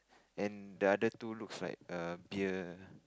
and the other two looks like err beer